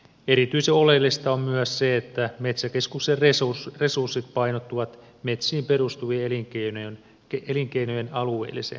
erityisen oleellista on myös se että metsäkeskuksen resurssit painottuvat metsiin perustuvien elinkeinojen alueelliseen edistämiseen